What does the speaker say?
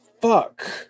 Fuck